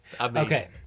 Okay